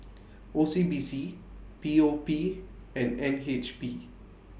O C B C P O P and N H B